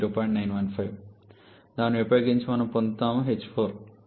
915 దానిని ఉపయోగించి మనం పొందుతాము ℎ4 2380